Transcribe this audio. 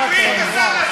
משיבים בשם שרים אחרים.